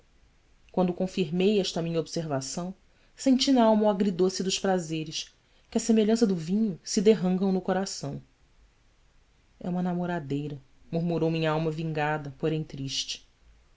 quando confirmei esta minha observação senti n'alma o agridoce dos prazeres que à semelhança do vinho se derrancam no coração é uma namoradeira murmurou minha alma vingada porém triste